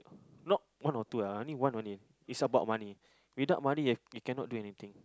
no one or two ah I only one only is about money without money there you cannot do anything